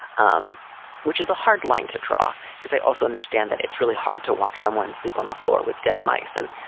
um which is a hard line to draw, because i also understand that it's really hard to watch someone sleep on the floor with debt meissen.